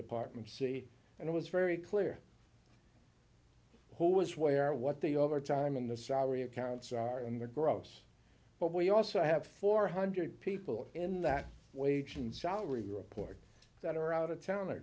department c and it was very clear who was way or what the overtime and the salary accounts are in the gross but we also have four hundred people in that wage and salary report that are out of